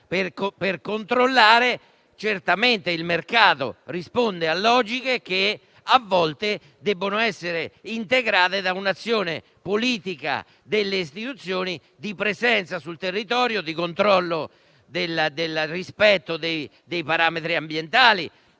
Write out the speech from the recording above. e controllare. Certamente il mercato risponde a logiche che a volte devono essere integrate da un'azione politica delle istituzioni di presenza sul territorio, in termini di controllo del rispetto dei parametri ambientali,